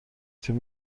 تیم